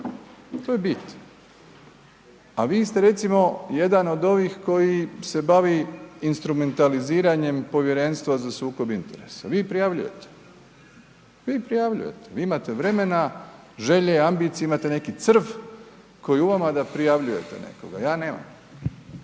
To je bit. A vi ste recimo jedan od ovih koji se bavi instrumentaliziranjem Povjerenstva za sukob interesa, vi prijavljujete. Vi imate vremena, želje, ambicije, imate neki crv koji je u vama da prijavljujete nekoga. Ja nemam,